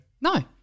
No